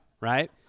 right